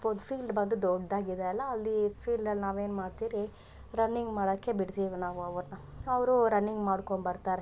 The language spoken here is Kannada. ಫು ಫೀಲ್ಡ್ ಬಂದು ದೊಡ್ಡದಾಗಿದೆ ಅಲ ಅಲ್ಲಿ ಫೀಲ್ಡಲ್ಲಿ ನಾವೇನುಮಾಡ್ತಿರಿ ರನ್ನಿಂಗ್ ಮಾಡೊಕ್ಕೆ ಬಿಡ್ತೀವಿ ನಾವು ಅವರನ್ನ ಅವರು ರನ್ನಿಂಗ್ ಮಾಡಿಕೊಂಬರ್ತಾರೆ